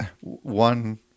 one